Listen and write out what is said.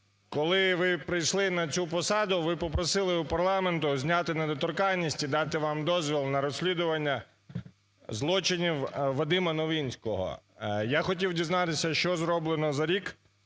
Коли ви прийшли на цю посаду, ви попросили у парламенту зняти недоторканість і дати вам дозвіл на розслідування злочинів Вадима Новинського. Я хотів дізнатися, що зроблено за рік?